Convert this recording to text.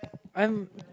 I'm